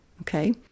Okay